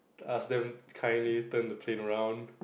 ask them kindly turn the plane around